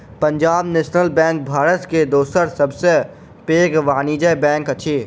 Punjab National Bank Bharat के दोसर सब सॅ पैघ वाणिज्य बैंक अछि